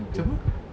siapa